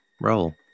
Roll